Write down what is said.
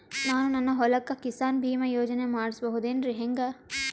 ನಾನು ನನ್ನ ಹೊಲಕ್ಕ ಕಿಸಾನ್ ಬೀಮಾ ಯೋಜನೆ ಮಾಡಸ ಬಹುದೇನರಿ ಹೆಂಗ?